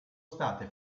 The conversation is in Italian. state